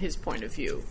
his point of view